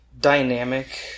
dynamic